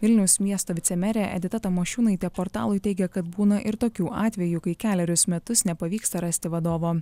vilniaus miesto vicemerė edita tamošiūnaitė portalui teigė kad būna ir tokių atvejų kai kelerius metus nepavyksta rasti vadovo